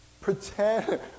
pretend